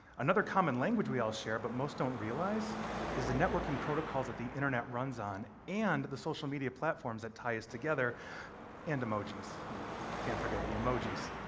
another common language we all share but most don't realize is the networking protocols that the internet runs on and the social media platforms that tie us together and emojis we can't forget the emojis.